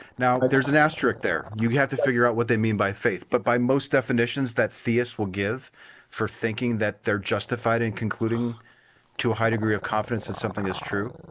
now, there's an asterisk there. you have to figure out what they mean by faith but by most definitions that theists will give for thinking that they're justified in concluding to a high degree of confidence that something is true.